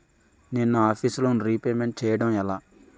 నేను నా office loan repayment చేయడం ఎలా?